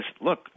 look